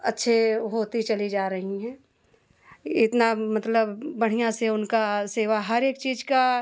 अच्छे होती चली जा रही हैं इतना मतलब बढ़िया से उनका सेवा हर एक चीज़ का